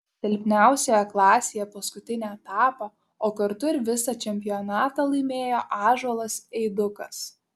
silpniausioje klasėje paskutinį etapą o kartu ir visą čempionatą laimėjo ąžuolas eidukas